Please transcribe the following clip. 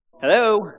Hello